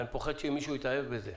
אני פוחד שמישהו יתאהב בזה.